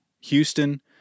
Houston